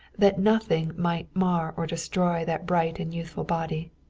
that nothing might mar or destroy that bright and youthful body.